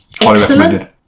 Excellent